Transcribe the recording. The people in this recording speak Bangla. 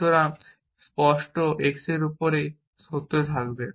সুতরাং স্পষ্ট x এর পরে সত্যই থাকবে